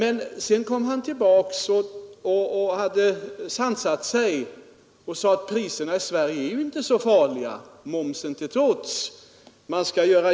Efter att ha sansat sig medgav han att livsmedelspriserna i Sverige inte är så farligt höga, momsen till trots.